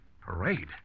Parade